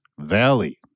Valley